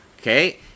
okay